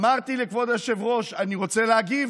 אמרתי לכבוד היושב-ראש: אני רוצה להגיב.